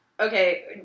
Okay